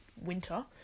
winter